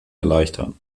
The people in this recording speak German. erleichtern